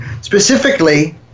specifically